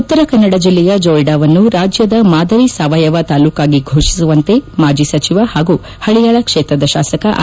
ಉತ್ತರಕನ್ನದ ಜಿಲ್ಲೆಯ ಜೊಯಿಡಾವನ್ನು ರಾಜ್ಯದ ಮಾದರಿ ಸಾವಯವ ತಾಲ್ಲೂಕಾಗಿ ಘೋಷಿಸುವಂತೆ ಮಾಜಿ ಸಚಿವ ಹಾಗೂ ಹಳಿಯಾಳ ಕ್ಷೇತ್ರದ ಶಾಸಕ ಆರ್